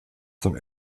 zum